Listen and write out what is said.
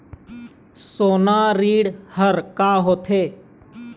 सोना ऋण हा का होते?